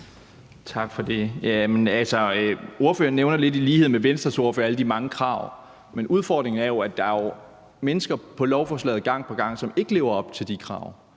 Tak for det. Ordføreren nævner lidt i lighed med Venstres ordfører alle de mange krav. Men udfordringen er jo, at der gang på gang er mennesker, som ikke lever op til de krav,